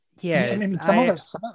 Yes